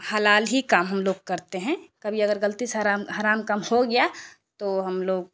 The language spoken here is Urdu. حلال ہی کام ہم لوگ کرتے ہیں کبھی اگر غلطی سے حرام حرام کام ہو گیا تو ہم لوگ